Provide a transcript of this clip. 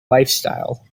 lifestyle